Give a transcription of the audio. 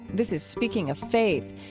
this is speaking of faith.